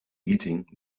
eating